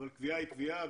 הקביעה היא קביעה.